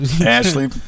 Ashley